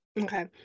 okay